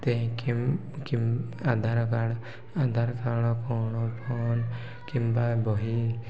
ଆଧାର card Aadhaar card କ'ଣ phone କିମ୍ବା ବହି